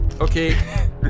Okay